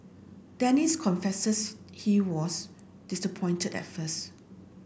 Dennis confesses he was disappointed at first